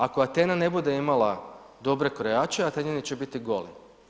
Ako Atena ne bude imala dobre krojače, Atenjani će biti goli.